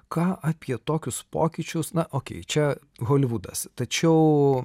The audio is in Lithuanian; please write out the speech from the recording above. ką apie tokius pokyčius na okei čia holivudas tačiau